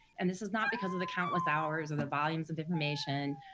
and this is not because of the countless hours, or the volumes of information,